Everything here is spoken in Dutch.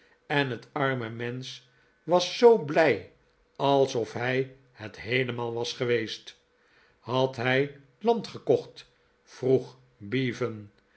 en net arme mensch was zoo blij alsof hij het heelemaal was geweest had hij land gekocht vroeg bevan